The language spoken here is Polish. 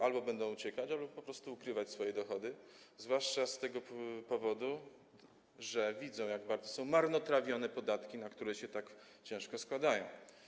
Albo będą uciekać, albo po prostu ukrywać swoje dochody, zwłaszcza z tego powodu, że widzą, jak bardzo są marnotrawione podatki, na które się z takim trudem składają.